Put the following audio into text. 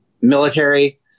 military